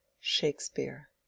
Shakespeare